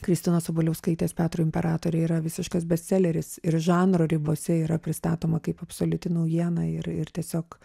kristinos sabaliauskaitės petro imperatorė yra visiškas bestseleris ir žanro ribose yra pristatoma kaip absoliuti naujiena ir ir tiesiog